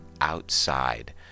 outside